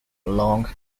long